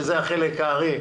שהם החלק הארי,